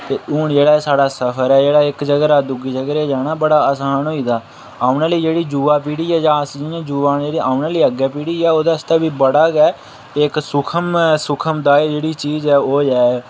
ते हून जेह्ड़ा एह् साढ़ा सफर ऐ जेह्ड़ा इक जगर पर दुई जगर जाना बड़ा असान होई गेदा औने आह्ली जेह्ड़ी युवा पीढ़ी ऐ जां अस जियां युवा न जेह्ड़े औने आह्ली अग्गें पीढ़ी ऐ ओह्दे आस्तै बी बड़ा गै इक सुखम सुखमदाय जेह्ड़ी चीज़ ऐ ओह्